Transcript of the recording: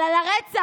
אבל על הרצח